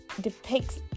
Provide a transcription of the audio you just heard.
depicts